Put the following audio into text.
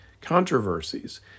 controversies